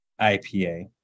IPA